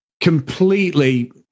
completely